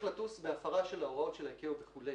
לטוס בהפרה של ההוראות של ה-ICAO וכו'.